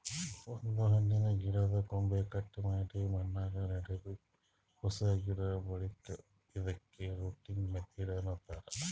ಒಂದ್ ಹಣ್ಣಿನ್ದ್ ಗಿಡದ್ದ್ ಕೊಂಬೆ ಕಟ್ ಮಾಡಿ ಮಣ್ಣಾಗ ನೆಡದು ಹೊಸ ಗಿಡ ಬೆಳಿಲಿಕ್ಕ್ ಇದಕ್ಕ್ ರೂಟಿಂಗ್ ಮೆಥಡ್ ಅಂತಾರ್